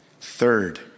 Third